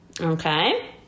Okay